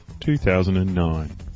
2009